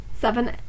seven